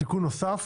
תיקון נוסף